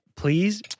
Please